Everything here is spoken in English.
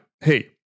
hey